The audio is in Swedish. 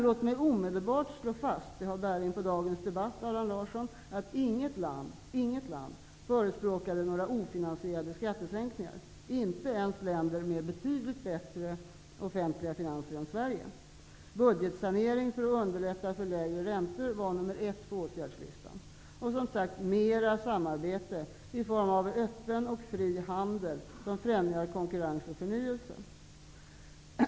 Låt mig omedelbart slå fast -- detta har bäring på dagens debatt, Allan Larsson -- att inget land förespråkade några ofinansierade skattesänkningar, inte ens länder med betydligt bättre offentliga finanser än Sverige. Budgetsanering för att underlätta för lägre räntor var nummer ett på åtgärdslistan, och dessutom förespråkades som sagt mer samarbete i form av öppen och fri handel, som främjar konkurrens och förnyelse.